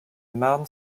marne